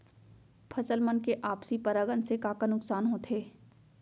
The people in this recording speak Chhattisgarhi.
फसल मन के आपसी परागण से का का नुकसान होथे?